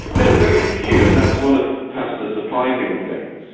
no, very few, and that's one of perhaps the surprising things.